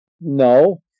no